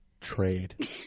trade